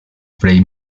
frei